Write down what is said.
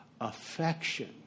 affection